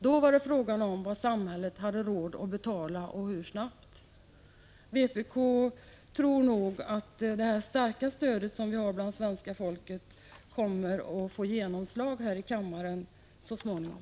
Då var det fråga om vad samhället hade råd att betala och hur snabbt. Vpk tror att det starka stöd vi har bland svenska folket kommer att få genomslag här i kammaren så småningom.